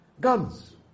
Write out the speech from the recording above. guns